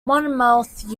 monmouth